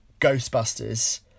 Ghostbusters